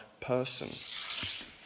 person